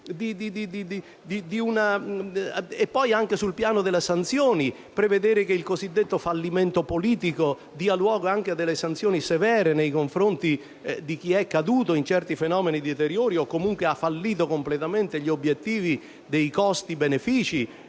e periodici e poi, di prevedere che il cosiddetto fallimento politico dia luogo anche a sanzioni severe nei confronti di chi è caduto in certi fenomeni deteriori o comunque ha fallito completamente gli obiettivi dei costi-benefici,